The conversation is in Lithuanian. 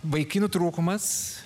vaikinų trūkumas